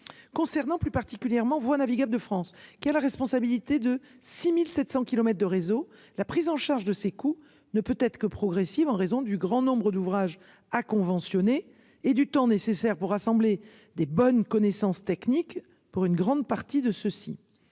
concernant plus particulièrement Voies navigables de France qui a la responsabilité de 6700 kilomètres de réseau, la prise en charge de ces coûts ne peut être que progressive en raison du grand nombre d'ouvrages ah conventionné et du temps nécessaire pour rassembler des bonnes connaissances techniques pour une grande partie de ceux-ci.